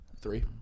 Three